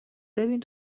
ببین